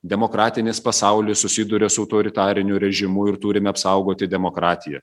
demokratinis pasaulis susiduria su autoritariniu režimu ir turime apsaugoti demokratiją